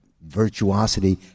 virtuosity